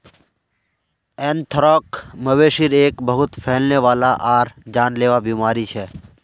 anthrax, मवेशिर एक बहुत फैलने वाला आर जानलेवा बीमारी छ